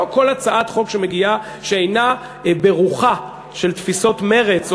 לא כל הצעת חוק שמגיעה ואינה ברוח של תפיסות מרצ או